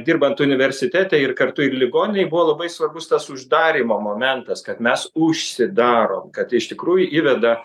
dirbant universitete ir kartu ir ligoninėj buvo labai svarbus tas uždarymo momentas kad mes užsidarom kad iš tikrųjų įveda